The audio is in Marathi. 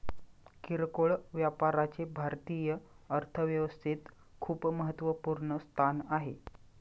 किरकोळ व्यापाराचे भारतीय अर्थव्यवस्थेत खूप महत्वपूर्ण स्थान आहे